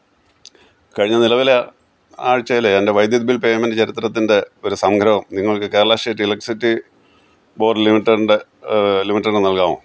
കഴിഞ്ഞ നിലവിലെ ആഴ്ചയിലെ എൻ്റെ വൈദ്യുതി ബിൽ പേയ്മെൻ്റ് ചരിത്രത്തിൻ്റെ ഒരു സംഗ്രഹം നിങ്ങൾക്ക് കേരള സ്റ്റേറ്റ് ഇലക്ട്രിസിറ്റി ബോർഡ് ലിമിറ്റഡിൻ്റെ ലിമിറ്റഡിന് നൽകാമോ